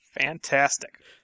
Fantastic